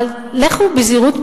אבל לכו בזהירות,